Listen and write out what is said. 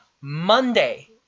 Monday